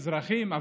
מזרחים,